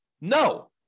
No